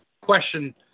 question